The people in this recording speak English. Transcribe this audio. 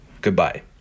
Goodbye